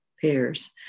pairs